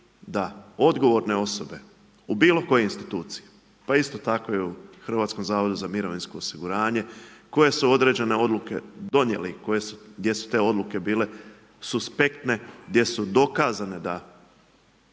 da odgovorne osobe u bilo kojoj instituciji, pa isto tako i u Hrvatskom zavodu za mirovinsko osiguranje, koje su određene odluke donijeli, gdje su te odluke bile suspektne gdje su dokazane da